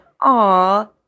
aw